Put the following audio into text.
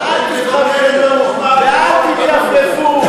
אז אל תיתממו ואל תתייפייפו.